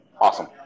awesome